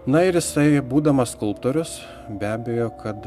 na ir jisai būdamas skulptorius be abejo kad